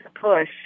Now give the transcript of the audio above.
push